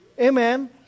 Amen